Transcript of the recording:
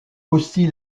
aussi